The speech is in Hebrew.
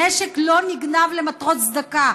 נשק לא נגנב למטרות צדקה.